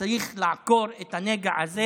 צריך לעקור את הנגע הזה.